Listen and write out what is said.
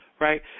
Right